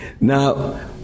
Now